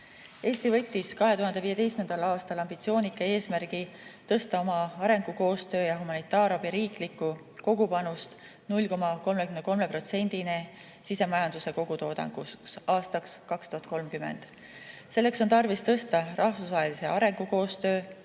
Eesti võttis 2015. aastal ambitsioonika eesmärgi tõsta oma arengukoostöö ja humanitaarabi kogupanus 0,33%-ni sisemajanduse kogutoodangust aastaks 2030. Selleks on tarvis tõsta rahvusvahelise arengukoostöö